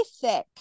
thick